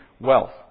wealth